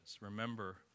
Remember